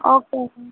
okay ma'am